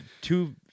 two